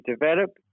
develop